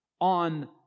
On